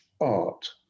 art